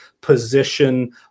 position